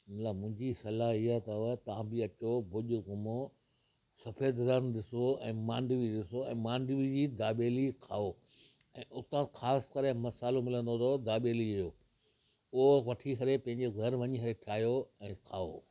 मतिलबु मुंहिंजी सलाह ईअं अथव तव्हां बि अचो भुज घुमो सफ़ेद रण ॾिसो ऐं मांडवी ॾिसो ऐं मांडवी जी दाबेली खाओ ऐं उतां ख़ासि तरह मसाल्हो मिलंदो अथव दाबेली जो उहो वठी करे पंहिंजे घर वञी करे ठाहियो ऐं खाओ